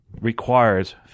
requires